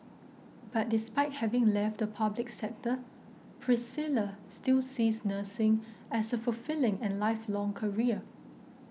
but despite having left the public sector Priscilla still sees nursing as a fulfilling and lifelong career